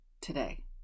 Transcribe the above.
today